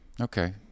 Okay